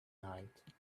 night